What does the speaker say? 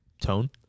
tone